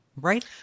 Right